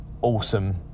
awesome